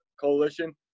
Coalition